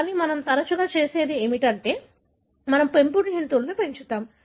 కానీ మనం తరచుగా చేసేది ఏమిటంటే మనము పెంపుడు జంతువులను పెంచుతాము